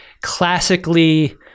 classically